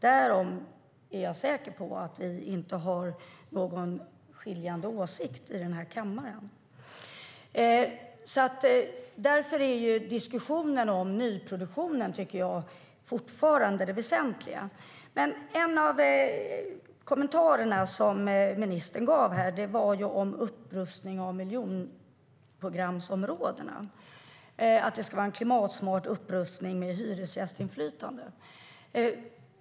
Därom är jag säker på att vi inte har någon skiljande åsikt i den här kammaren. Därför är diskussionen om nyproduktionen fortfarande det väsentliga. En av ministerns kommentarer här var om en klimatsmart upprustning av miljonprogramsområdena med hyresgästinflytande.